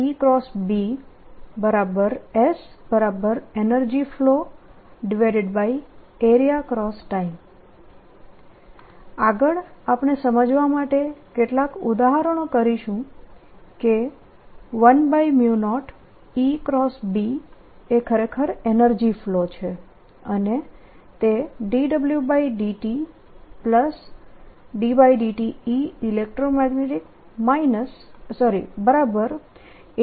10SEnergy flowArea × Time આગળ આપણે સમજાવા માટે કેટલાક ઉદાહરણો કરીશું કે 10 એ ખરેખર એનર્જી ફ્લો છે અને તે dWdtddtEelectro magneticdS